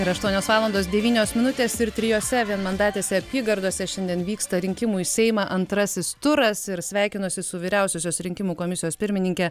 ir aštuonios valandos devynios minutės ir trijose vienmandatėse apygardose šiandien vyksta rinkimų į seimą antrasis turas ir sveikinuosi su vyriausiosios rinkimų komisijos pirmininke